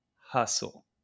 hustle